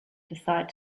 decide